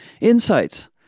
insights